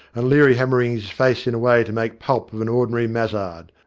and leary hammering his face in a way to make pulp of an ordinary mazzard.